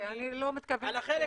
מהסיכום.